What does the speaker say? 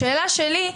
השאלה שלי,